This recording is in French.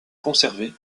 conservée